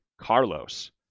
Carlos